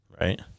right